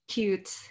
cute